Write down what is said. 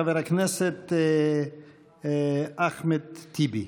חבר הכנסת אחמד טיבי.